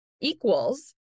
equals